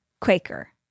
Quaker